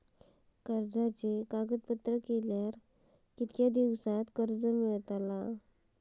कर्जाचे कागदपत्र केल्यावर किती दिवसात कर्ज मिळता?